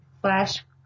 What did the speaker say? flash